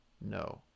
no